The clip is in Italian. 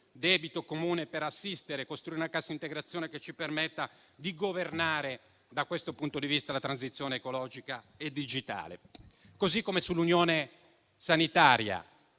debito comune per assistere e costruire una cassa integrazione che ci permetta di governare, da questo punto di vista, la transizione ecologica e digitale. Allo stesso modo, sull'unione sanitaria